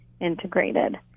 integrated